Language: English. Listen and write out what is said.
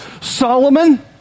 Solomon